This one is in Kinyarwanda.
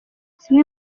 zimwe